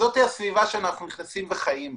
זאת הסביבה שאנחנו נכנסים וחיים בה.